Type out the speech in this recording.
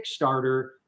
kickstarter